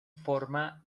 forma